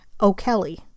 O'Kelly